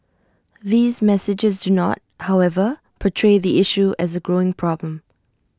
these messages do not however portray the issue as A growing problem